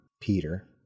Peter